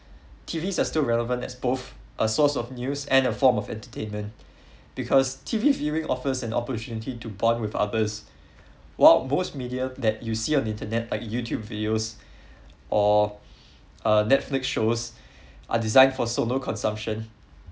T_Vs are still relevant as both a source of news and a form of entertainment because T_V viewing offers an opportunity to bond with others while most media that you see on the internet like youtube videos or uh netflix shows are designed for solo consumption